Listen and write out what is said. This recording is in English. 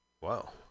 Wow